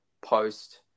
post